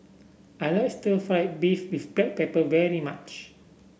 I like stir fry beef with Black Pepper very much